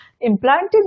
implanted